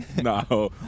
No